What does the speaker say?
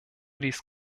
dies